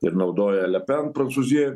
ir naudoja le pen prancūzijoj